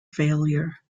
failure